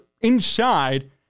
inside